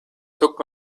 took